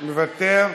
מוותר,